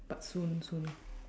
but soon soon